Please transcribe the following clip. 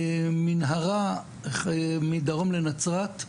מנהרה מדרום לנצרת,